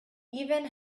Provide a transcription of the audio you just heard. even